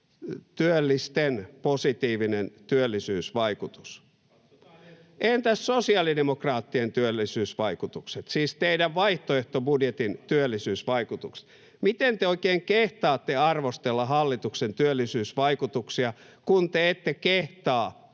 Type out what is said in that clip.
Lyly: Katsotaan ensi vuonna!] Entäs sosiaalidemokraattien työllisyysvaikutukset, siis teidän vaihtoehtobudjettinne työllisyysvaikutukset? Miten te oikein kehtaatte arvostella hallituksen työllisyysvaikutuksia, kun te ette kehtaa